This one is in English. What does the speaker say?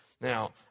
Now